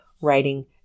writing